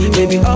Baby